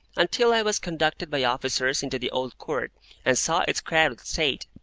until i was conducted by officers into the old court and saw its crowded state,